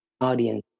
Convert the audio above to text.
audience